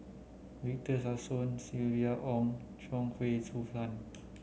Victor Sassoon Silvia Yong Chuang Hui Tsuan